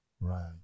Right